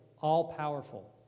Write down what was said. all-powerful